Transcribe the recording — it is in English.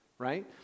right